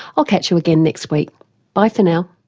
i'll catch you again next week bye for now